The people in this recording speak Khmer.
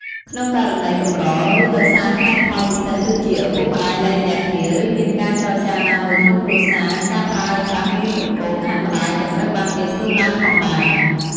ក្នុងករណីកម្រ ឬ ដោយសារហេតុផលពិសេសដូចជា ឱពុកម្ដាយលែងលះគ្នា ឬ មានការចចារណាមួយក្នុងគ្រួសារ ការប្រើប្រាស់នាមត្រកូលខាងម្តាយក៏ត្រូវបានគេធ្វើឡើងផងដែរ។